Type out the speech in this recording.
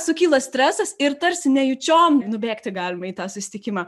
sukyla stresas ir tarsi nejučiom nubėgti galima į tą susitikimą